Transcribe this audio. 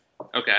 Okay